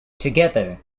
together